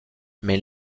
mais